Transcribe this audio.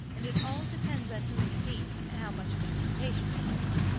and it all depends on whom you meet, how much of a dissipation it is.